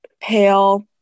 pale